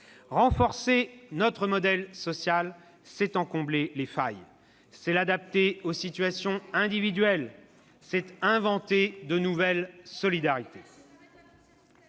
Renforcer notre modèle social, c'est en combler les failles, c'est l'adapter aux situations individuelles, c'est inventer de nouvelles solidarités.